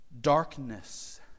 Darkness